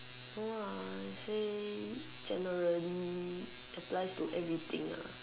no ah say generally applies to everything ah